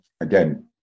again